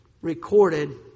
recorded